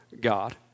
God